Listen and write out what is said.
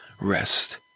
rest